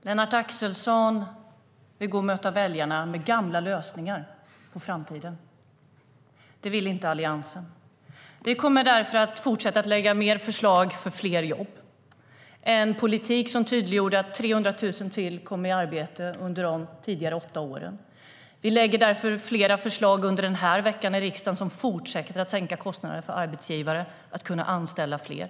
STYLEREF Kantrubrik \* MERGEFORMAT Hälsovård, sjukvård och social omsorgLennart Axelsson vill möta väljarna med gamla lösningar för framtiden. Det vill inte Alliansen. Vi kommer därför att fortsätta att lägga fram fler förslag för fler jobb. Vi hade en politik som tydliggjorde att 300 000 till kom i arbete under de tidigare åtta åren. Vi lägger därför fram flera förslag under den här veckan som innebär att kostnaderna för arbetsgivare fortsätter att sänkas så att de ska kunna anställa fler.